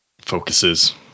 Focuses